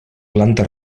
planta